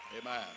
Amen